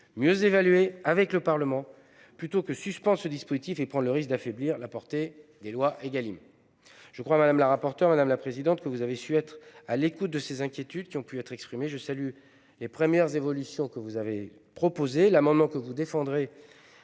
mieux évaluer, avec le Parlement, plutôt que suspendre ce dispositif et prendre le risque d'affaiblir la portée des lois Égalim. Je crois, madame la rapporteure, madame la présidente de la commission, que vous avez su être à l'écoute des inquiétudes qui ont pu être exprimées. Je salue les premières évolutions que vous avez proposées. L'amendement que vous défendrez